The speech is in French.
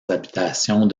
habitations